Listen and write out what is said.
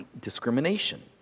discrimination